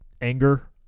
anger